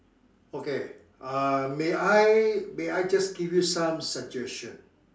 okay uh may I may I just give you some suggestion